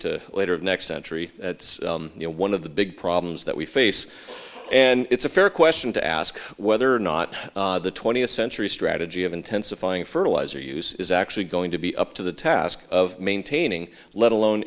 to later of next century that's one of the big problems that we face and it's a fair question to ask whether or not the twentieth century strategy of intensifying fertiliser use is actually going to be up to the task of maintaining let alone